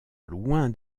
loin